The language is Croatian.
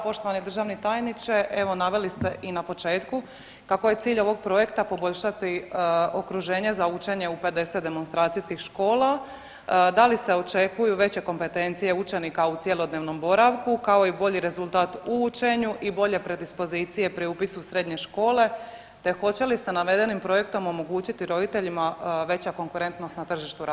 Poštovani državni tajniče, evo naveli ste i na početku kako je cilj ovog projekta poboljšati okruženje za učenje u 50 demonstracijskih škola, da li se očekuju veće kompetencije učenika u cjelodnevnom boravku, kao i bolji rezultat u učenju i bolje predispozicije pri upisu u srednje škole, te hoće li se navedenim projektom omogućiti roditeljima veća konkurentnost na tržištu rada?